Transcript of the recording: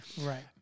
Right